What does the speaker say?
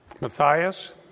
Matthias